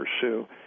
pursue